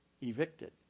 evicted